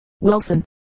Wilson